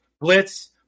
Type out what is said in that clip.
blitz